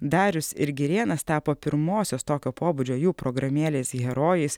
darius ir girėnas tapo pirmosios tokio pobūdžio jų programėlės herojais